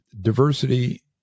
diversity